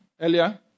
earlier